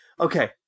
Okay